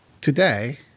Today